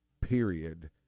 period